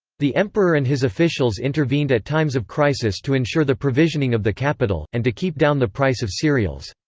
the emperor and his officials intervened at times of crisis to ensure the provisioning of the capital, and to keep down the price of cereals.